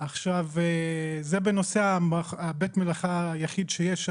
זה בנושא בית המלאכה היחיד שיש.